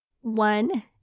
One